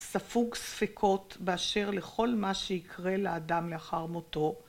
ספוג ספקות באשר לכל מה שיקרה לאדם לאחר מותו